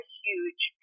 huge